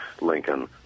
Lincoln